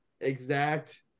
exact